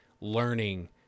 learning